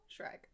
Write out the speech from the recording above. Shrek